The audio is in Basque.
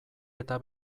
eta